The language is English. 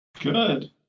Good